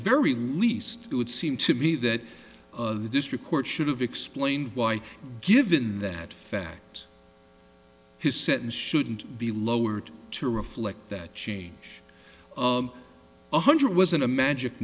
very least it would seem to me that the district court should have explained why given that fact his sentence shouldn't be lowered to reflect that change one hundred wasn't a magic